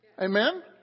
Amen